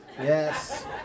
Yes